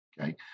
okay